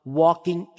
walking